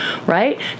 right